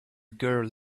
girl